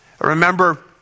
Remember